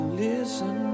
listen